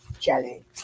jelly